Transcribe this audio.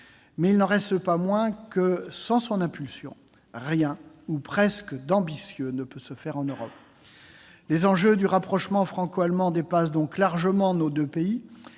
Mais il n'en reste pas moins que, sans son impulsion, rien ou presque d'ambitieux ne peut se faire en Europe. Les enjeux du rapprochement franco-allemand dépassent donc largement nos deux pays.